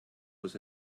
was